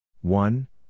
one